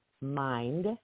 mind